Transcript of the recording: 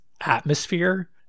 atmosphere